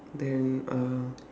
then uh